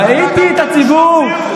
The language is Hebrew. ראיתי את הציבור,